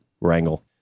wrangle